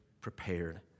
prepared